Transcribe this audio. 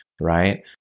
right